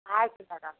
ಆಯಿತು ಮೇಡಮ್